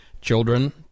children